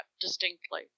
distinctly